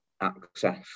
access